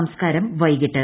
സംസ്ക്കാരം വൈകിട്ട്